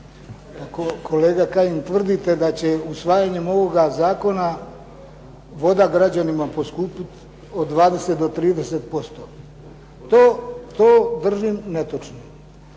Kolega Kajin tvrdite da će usvajanjem ovog zakona voda građanima poskupiti od 20 do 30%. To držim netočnim.